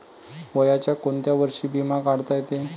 वयाच्या कोंत्या वर्षी बिमा काढता येते?